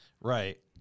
Right